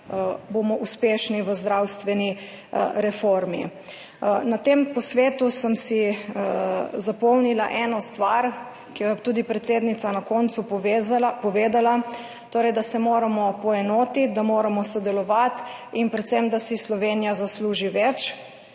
bomo uspešni v zdravstveni reformi. Na tem posvetu sem si zapomnila eno stvar, ki jo je tudi predsednica na koncu povedala, torej da se moramo poenotiti, da moramo sodelovati in predvsem, da si Slovenija zasluži več.